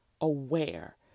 aware